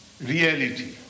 reality